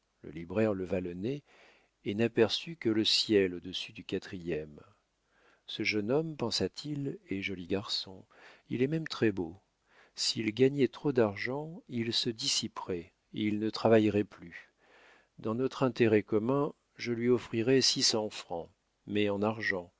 le libraire leva le nez et n'aperçut que le ciel au-dessus du quatrième ce jeune homme pensa-t-il est joli garçon il est même très-beau s'il gagnait trop d'argent il se dissiperait il ne travaillerait plus dans notre intérêt commun je lui offrirai six cents francs mais en argent